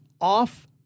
off